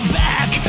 back